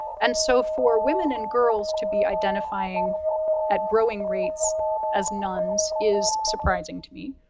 and so, for women and girls to be identifying at growing rates as nones is surprising to me.